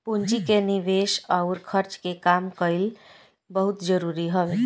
पूंजी के निवेस अउर खर्च के काम कईल बहुते जरुरी हवे